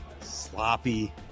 sloppy